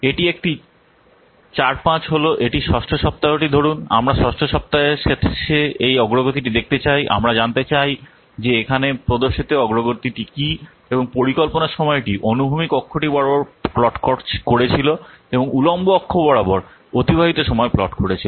এটি একটি 4 5 হল এটি ষষ্ঠ সপ্তাহটি ধরুন আমরা ষষ্ঠ সপ্তাহের শেষে এই অগ্রগতিটি দেখতে চাই আমরা জানতে চাই যে এখানে প্রদর্শিত অগ্রগতিটি কী এবং পরিকল্পনার সময়টি অনুভূমিক অক্ষটি বরাবর প্লট করেছিল এবং উল্লম্ব অক্ষ বরাবর অতিবাহিত সময় প্লট করেছিল